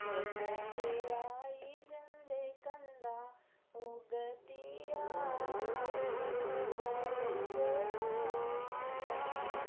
photo ते लाई जंदे कंधा ओ गद्दिया मिकी तेरा लगदा मंदा